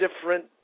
different